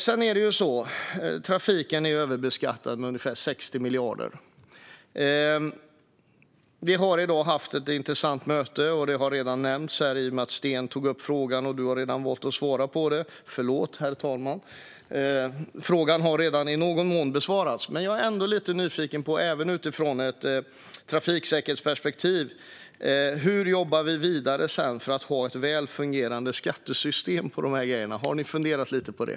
Det är också så att trafiken är överbeskattad med ungefär 60 miljarder. Vi har i dag haft ett intressant möte. Det har redan nämnts, i och med att Sten Bergheden tog upp frågan, och frågan har redan i någon mån besvarats. Men jag är ändå - även utifrån ett trafiksäkerhetsperspektiv - lite nyfiken på hur vi ska jobba vidare för att få ett väl fungerande skattesystem på detta område. Har ni funderat på det?